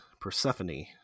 Persephone